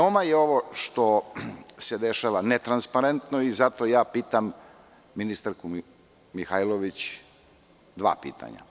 Ovo što se dešava je veoma netransparentno i zato pitam ministarku Mihajlović dva pitanja.